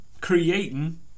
creating